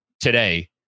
today